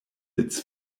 its